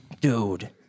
Dude